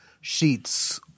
sheets